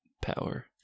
power